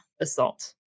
assault